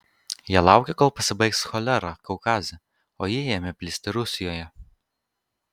jie laukė kol pasibaigs cholera kaukaze o ji ėmė plisti rusijoje